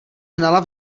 hnala